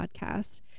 podcast